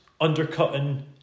undercutting